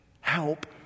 help